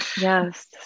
Yes